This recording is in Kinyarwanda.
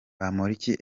bamporiki